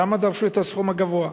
למה דרשו את הסכום הגבוה,